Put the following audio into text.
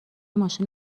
ماشین